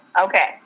Okay